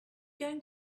going